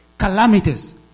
calamities